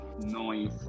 noise